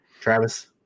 travis